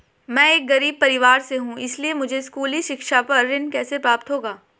मैं एक गरीब परिवार से हूं इसलिए मुझे स्कूली शिक्षा पर ऋण कैसे प्राप्त होगा?